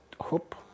hope